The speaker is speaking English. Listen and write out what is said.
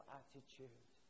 attitude